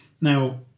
Now